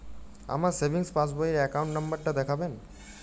আমার সেভিংস পাসবই র অ্যাকাউন্ট নাম্বার টা দেখাবেন?